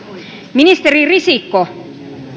ministeri risikko